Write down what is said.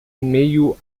meio